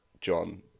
John